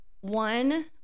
one